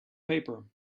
paper